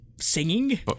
singing